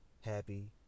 happy